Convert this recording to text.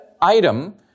item